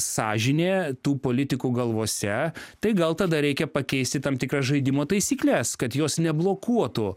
sąžinė tų politikų galvose tai gal tada reikia pakeisti tam tikras žaidimo taisykles kad jos neblokuotų